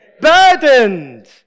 burdened